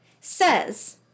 says